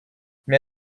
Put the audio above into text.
mais